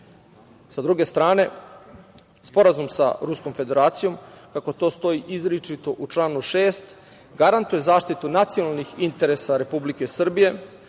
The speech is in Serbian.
druge strane, Sporazum sa Ruskom Federacijom, kako to stoji izričito u članu 6, garantuje zaštitu nacionalnih interesa Republike Srbije,